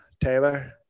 Taylor